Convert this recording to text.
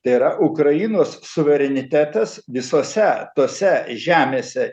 tai yra ukrainos suverenitetas visose tose žemėse